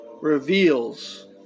reveals